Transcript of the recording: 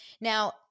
Now